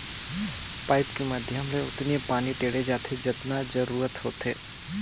pipe के माधियम ले ओतनी पानी टेंड़े जाथे जतना जरूरत होथे